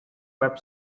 web